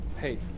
Hey